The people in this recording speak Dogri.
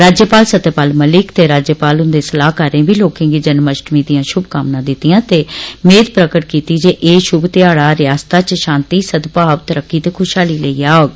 राज्यपाल सत्यपाल मलिक ते राज्यपाल ह्न्दे सलाहकारें बी लोकें गी जन्मअष्टमी दियां शुभकामनां दितियां ते मेद प्रकट कीती जे एह शुभ ध्याढ़ा रियासता च शांति सदभाव तरक्की ते खुशहाली लेइयै औग